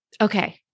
Okay